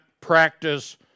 practice